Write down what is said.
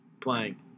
playing